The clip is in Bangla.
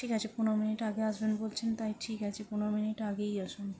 ঠিক আছে পনেরো মিনিট আগে আসবেন বলছেন তাই ঠিক আছে পনেরো মিনিট আগেই আসুন